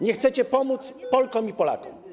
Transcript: Nie chcecie pomóc Polkom i Polakom.